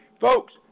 Folks